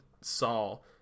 saul